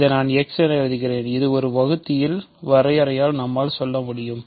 இதை நான் x என எழுதுகிறேன் இது ஒரு வகுத்தியின் வரையறையால் நம்மால் சொல்ல முடியும்